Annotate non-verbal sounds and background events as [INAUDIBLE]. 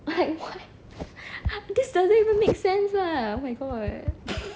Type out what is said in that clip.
like what this doesn't even make sense lah oh my god [LAUGHS]